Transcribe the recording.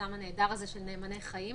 המיזם הנהדר הזה של "נאמני חיים".